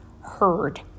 heard